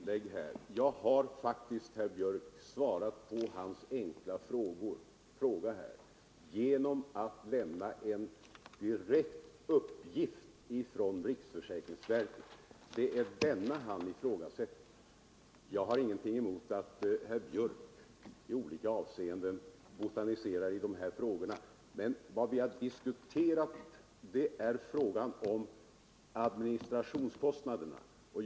Herr talman! Detta blir mitt sista inlägg i den här debatten. Jag har svarat på herr Björcks i Nässjö enkla fråga genom att lämna en direkt uppgift från riksförsäkringsverket. Det är denna herr Björck ifrågasätter. Jag har ingenting emot att herr Björck i olika avseenden botaniserar i de här sammanhangen, men vad vi har diskuterat är frågan om administrationskostnaderna.